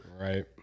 Right